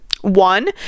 One